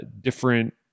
Different